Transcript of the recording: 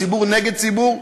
ציבור נגד ציבור.